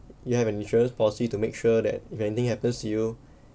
you have an insurance policy to make sure that if anything happens to you